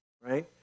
right